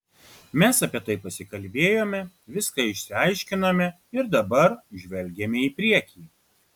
mes apie tai pasikalbėjome viską išsiaiškinome ir dabar žvelgiame į priekį